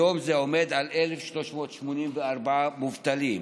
היום זה עומד על 1,384 מובטלים,